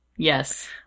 Yes